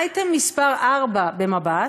באייטם מס' 4 ב"מבט",